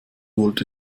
wollte